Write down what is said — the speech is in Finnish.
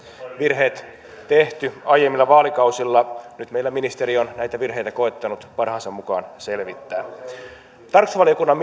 virheet on tehty aiemmilla vaalikausilla nyt meillä ministeri on näitä virheitä koettanut parhaansa mukaan selvittää tarkastusvaliokunnan